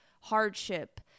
hardship